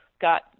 got